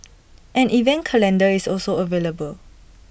an event calendar is also available